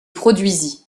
produisit